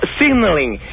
signaling